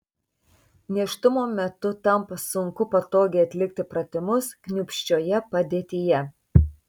nėštumo metu tampa sunku patogiai atlikti pratimus kniūpsčioje padėtyje